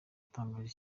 yatangarije